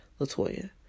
Latoya